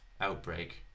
outbreak